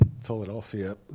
Philadelphia